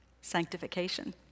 Sanctification